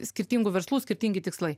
skirtingų verslų skirtingi tikslai